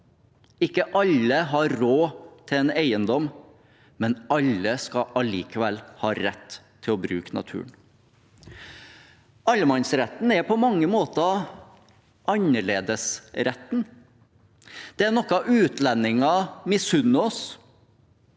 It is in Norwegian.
Ikke alle har råd til en eiendom, men alle skal allikevel ha rett til å bruke naturen. Allemannsretten er på mange måter annerledesretten. Det er noe utlendinger misunner oss.